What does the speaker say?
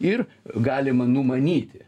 ir galima numanyti